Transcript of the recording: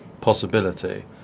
possibility